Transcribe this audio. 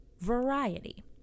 variety